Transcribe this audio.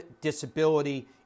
disability